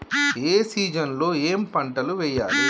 ఏ season లో ఏం పంటలు వెయ్యాలి?